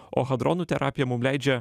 o hadronų terapija mum leidžia